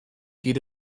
geht